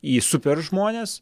į super žmones